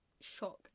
shock